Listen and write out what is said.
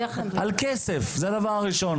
זה דבר ראשון.